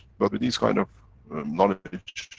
but with these kind of knowledge,